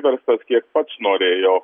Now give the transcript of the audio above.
verstas kiek pats norėjo